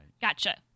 Gotcha